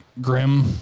grim